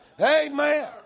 Amen